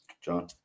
John